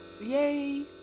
Yay